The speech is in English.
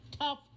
tough